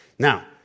Now